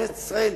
כנסת ישראל,